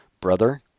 brother